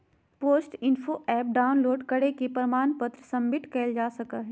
post info app download करके प्रमाण पत्र सबमिट कइल जा सका हई